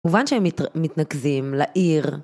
כמובן שהם מתנקזים לעיר